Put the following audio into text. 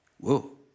whoa